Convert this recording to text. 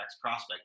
Prospect